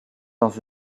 dans